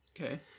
Okay